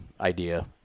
idea